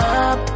up